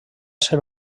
ser